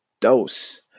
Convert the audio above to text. dose